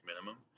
minimum